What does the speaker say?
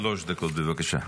מיקי, שלוש דקות, בבקשה.